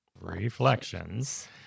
Reflections